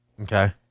Okay